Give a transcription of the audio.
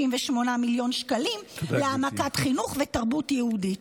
מיליון שקלים להעמקת חינוך ותרבות יהודית.